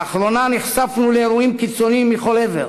לאחרונה נחשפנו לאירועים קיצוניים מכל עבר,